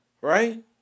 Right